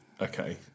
okay